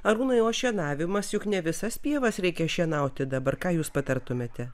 arūnai o šienavimas juk ne visas pievas reikia šienauti dabar ką jūs patartumėte